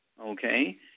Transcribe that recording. Okay